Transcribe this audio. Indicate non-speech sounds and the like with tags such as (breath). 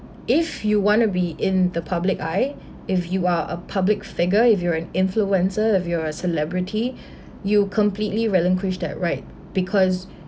if you want to be in the public eye if you are a public figure if you're an influencer if you are a celebrity (breath) you completely relinquished that right because